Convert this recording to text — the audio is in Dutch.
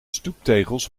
stoeptegels